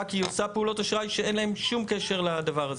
כי היא עושה פעולות אשראי שאין להן שום קשר לדבר הזה.